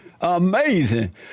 Amazing